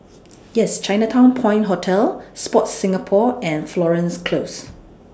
Yes Chinatown Point Hotel Sport Singapore and Florence Close